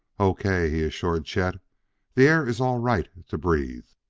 o k! he assured chet that air is all right to breathe.